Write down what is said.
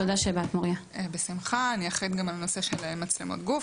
אני אחראית גם על הנושא של מצלמות גוף.